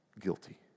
guilty